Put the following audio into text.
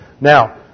Now